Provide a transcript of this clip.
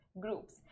groups